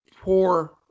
poor